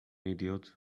idiot